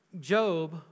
Job